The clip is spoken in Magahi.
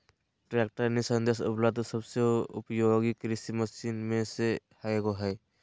ट्रैक्टर निस्संदेह उपलब्ध सबसे उपयोगी कृषि मशीन में से एगो हइ